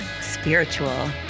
Spiritual